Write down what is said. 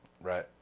Right